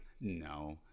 No